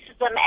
racism